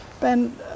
ben